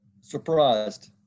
surprised